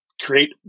create